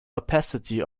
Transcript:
opacity